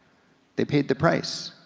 they paid the price.